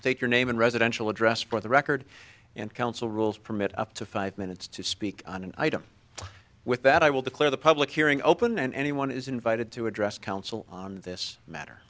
state your name and residential address for the record and council rules permit up to five minutes to speak on an item with that i will declare the public hearing open and anyone is invited to address council on this matter